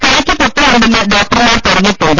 കൈയ്ക്ക് പൊട്ടലുണ്ടെന്ന് ഡോക്ടർമാർ പറഞ്ഞിട്ടുണ്ട്